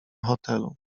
hotelu